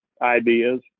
ideas